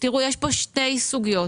תיראו, יש פה שתי סוגיות.